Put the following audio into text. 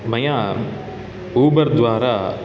मया ऊबर् द्वारा